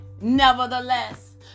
Nevertheless